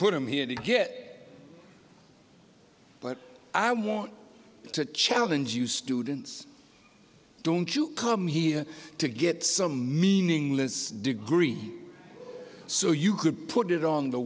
put them here to get but i want to challenge you students don't you come here to get some meaningless degree so you could put it on the